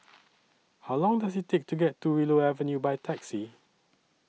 How Long Does IT Take to get to Willow Avenue By Taxi